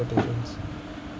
expectations